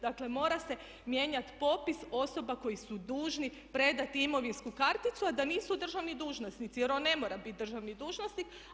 Dakle, mora se mijenjati popis osoba koji su dužni predati imovinsku karticu, a da nisu državni dužnosnici, jer on ne mora biti državni dužnosnik.